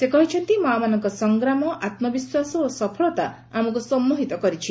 ସେ କହିଛନ୍ତି ମାମାନଙ୍କ ସଂଗ୍ରାମ ଆତ୍ମବିଶ୍ୱାସ ଓ ସଫଳତା ଆମକୁ ସମ୍ମୋହିତ କରିଛି